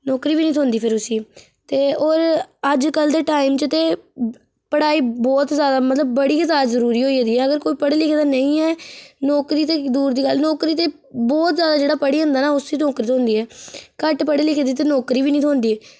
नौकरी बी नी थ्होंदी फिर उसी ते ओह् अज्जकल्ल दे टाइम च ते पढ़ाई बहुत ज्यादा मतलब बड़ी के ज्यादा जरूरी होई गेदी अगर कोई पढ़े लिखे दा नेई ऐ नौकरी ते दूर दी गल्ल नौकरी ते बहुत ज्यादा जेह्ड़ा पढ़ी जंदा ना उसी नौकरी थ्होंदी ऐ घट्ट पढ़ी लिखे दे ते नौकरी बी नी थ्होंदी